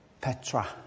Petra